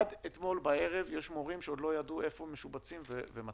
אצלנו עד אתמול בערב היו מורים שלא ידעו איפה הם משובצים ומתי,